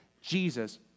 Jesus